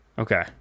Okay